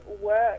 work